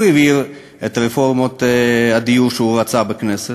הוא העביר את רפורמות הדיור שהוא רצה בכנסת.